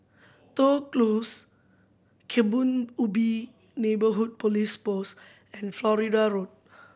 Toh Close Kebun Ubi Neighbourhood Police Post and Florida Road